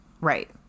right